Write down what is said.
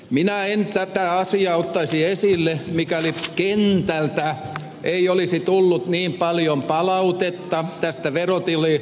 minä en tätä asiaa ottaisi esille mikäli kentältä ei olisi tullut niin paljon palautetta tästä verotililaista